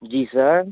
जी sir